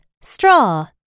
straw